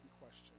question